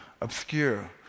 Obscure